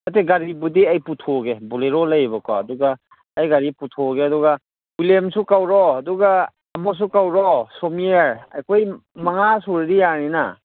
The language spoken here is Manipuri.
ꯅꯠꯇꯦ ꯒꯥꯔꯤꯕꯨꯗꯤ ꯑꯩ ꯄꯨꯊꯣꯛꯑꯒꯦ ꯕꯣꯂꯦꯔꯣ ꯂꯩꯌꯦꯕꯀꯣ ꯑꯗꯨꯒ ꯑꯩ ꯒꯥꯔꯤ ꯄꯨꯊꯣꯛꯑꯒꯦ ꯑꯗꯨꯒ ꯄꯨꯂꯦꯝꯁꯨ ꯀꯧꯔꯣ ꯑꯗꯨꯒ ꯑꯃꯣꯁꯁꯨ ꯀꯧꯔꯣ ꯁꯣꯃꯤꯌꯔ ꯑꯩꯈꯣꯏ ꯃꯉꯥ ꯁꯨꯔꯥꯗꯤ ꯌꯥꯅꯤꯅ